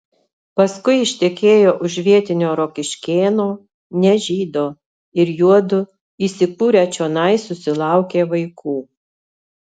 paskui ištekėjo už vietinio rokiškėno ne žydo ir juodu įsikūrę čionai susilaukė vaikų